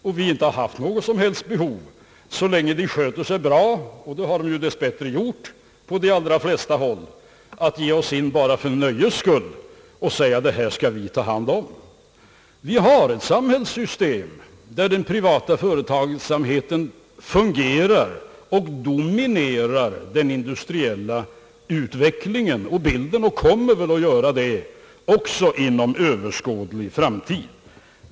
Så länge den fria företagsamheten sköter sig bra och det har den ju dess bättre gjort på de flesta håll — har vi inte haft något behov att bara för nöjes skull gå in och säga: Det här skall staten ta hand om. Vi har ett samhällssystem, där den privata företagsamheten fungerar och dominerar den industriella bilden, och den kommer väl också att göra det för överskådlig framtid.